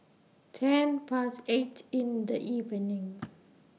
ten Past eight in The evening